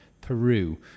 Peru